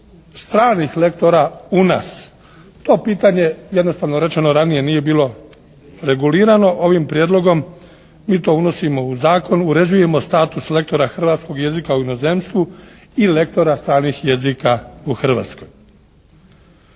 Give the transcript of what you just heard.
stranih lektora u nas. To pitanje jednostavno rečeno ranije nije bilo regulirano. Ovim prijedlogom mi to unosimo u zakon, uređujemo status lektora hrvatskoj jezika u inozemstvu i lektora stranih jezika u Hrvatskoj.